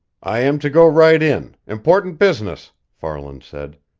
i am to go right in important business, farland said.